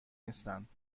نیستند